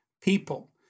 people